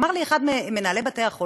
אמר לי אחד ממנהלי בתי-החולים,